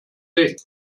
day